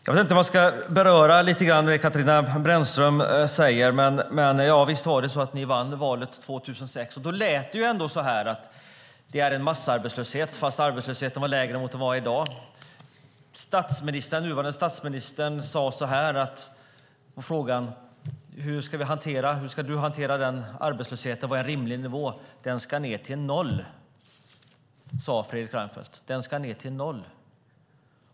Jag vet inte om jag ska beröra lite av det som Katarina Brännström säger, men visst var det så att ni vann valet 2006. Då talade ni om en massarbetslöshet, fast arbetslösheten var lägre då än den är i dag. Den nuvarande statsministern svarade så här på frågan om hur han skulle hantera den arbetslösheten och vad som var en rimlig nivå: Den ska ned till noll. Så sade Fredrik Reinfeldt. Den ska ned till noll.